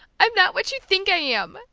i'm not what you think i am!